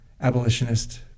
abolitionist